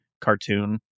cartoon